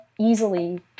easily